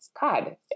god